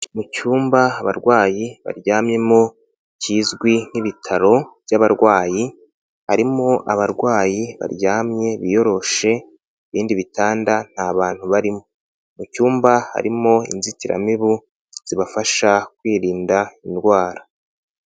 Mu cyumba abarwayi baryamyemo kizwi nk'ibitaro by'abarwayi harimo abarwayi baryamye biyoroshe ibindi bitanda nta bantu barimo, mu cyumba harimo inzitiramibu zibafasha kwirinda indwara.